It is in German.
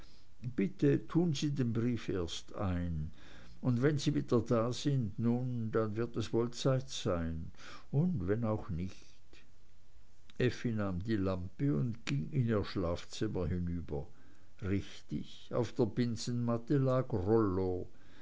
bitte tun sie den brief erst ein und wenn sie wieder da sind nun dann wird es wohl zeit sein und wenn auch nicht effi nahm die lampe und ging in ihr schlafzimmer hinüber richtig auf der binsenmatte lag rollo